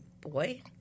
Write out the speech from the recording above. Boy